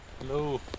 Hello